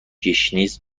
گشنیز